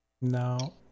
No